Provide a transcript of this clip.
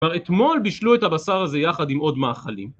כבר אתמול בישלו את הבשר הזה יחד עם עוד מאכלים.